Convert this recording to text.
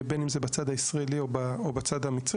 אם זה לשים את המיליארדים פה או באוצר המדינה הרגיל,